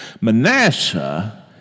Manasseh